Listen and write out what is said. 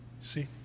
See